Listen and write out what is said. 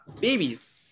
babies